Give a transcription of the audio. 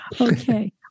Okay